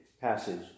passage